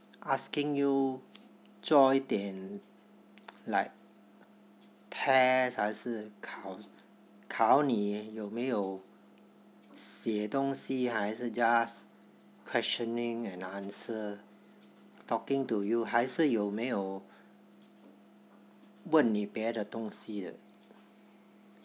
asking you 做一点 like test 还是考考你有没有写东西还是 just questioning and answer talking to you 还是有没有问你别的东西的